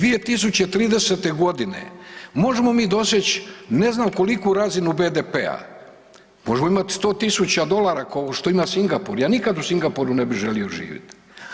2030. g. možemo mi doseći ne znam koliku razinu BDP-a, možemo imati 100 tisuća dolara kao što ima Singapur, ja nikad u Singapuru ne bih želio živjeti.